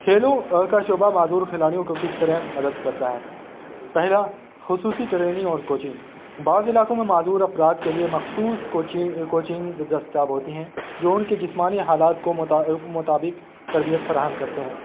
کھیلوں کا شعبہ معذور کھلاڑیوں کو کس طرح مدد کرتا ہے پہلا خصوصی ٹریننگ اور کوچنگ بعض علاقوں میں معذور افراد کے لیے مخصوص کوچنگز دستیاب ہوتی ہیں جو ان کے جسمانی حالات کو مطابق تربیت فراہم کرتے ہیں